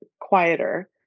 quieter